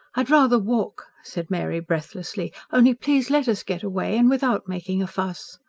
i'd rather walk, said mary breathlessly. only please let us get away. and without making a fuss.